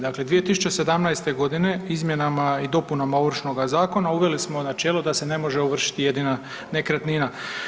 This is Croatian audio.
Dakle, 2017.g. izmjenama i dopunama Ovršnoga zakona uveli smo načelo da se ne može ovršiti jedina nekretnina.